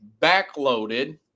backloaded